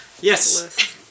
Yes